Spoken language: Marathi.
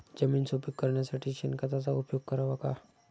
जमीन सुपीक करण्यासाठी शेणखताचा उपयोग करावा का?